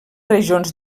regions